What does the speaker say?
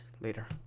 later